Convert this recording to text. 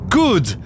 good